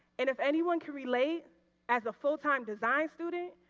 and if anyone can relate as a full time design student,